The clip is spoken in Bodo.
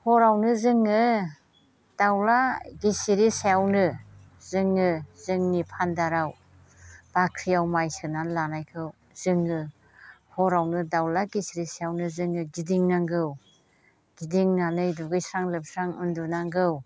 हरावनो जोङो दावला गेसेरै सायावनो जोङो जोंनि फानजाराव बाख्रियाव माइ सोनानै लानायखौ जोङो हरावनो दावला गेसेरै सायावनो जोङो गिदिंनांगौ गिदिंनानै दुगैस्रां लोबस्रां उन्दुनांगौ